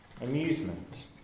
amusement